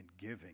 giving